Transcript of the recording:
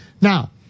Now